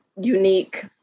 unique